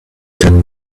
than